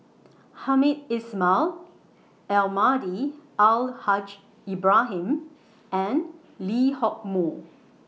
Hamed Ismail Almahdi Al Haj Ibrahim and Lee Hock Moh